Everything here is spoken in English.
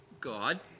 God